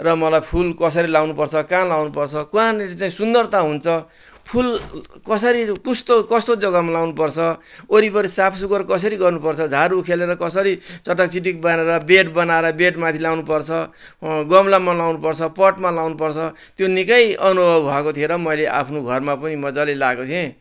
र मलाई फुल कसरी लाउनुपर्छ कहाँ लाउनुपर्छ कहाँनिर चाहिँ सुन्दरता हुन्छ फुल कसरी कस्तो कस्तो जज्गामा लाउनुपर्छ वरिपरि साफ सुग्घर कसरी गर्नुपर्छ झार उखेलेर कसरी चटाकचिटिक बनाएर बेड बनाएर बेडमाथि लाउनुपर्छ गमलामा लाउनुपर्छ पटमा लाउनुपर्छ त्यो निक्कै अनुभव भएको थियो र मैले आफ्नो घरमा पनि मज्जाले लाएको थिएँ